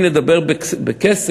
אם נדבר בכסף,